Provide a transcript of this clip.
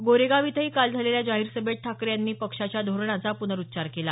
गोरेगाव इथंही काल झालेल्या जाहीर सभेत ठाकरे यांनी पक्षाच्या धोरणाचा प्नरुच्चार केला